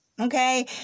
okay